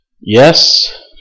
Yes